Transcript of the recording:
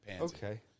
Okay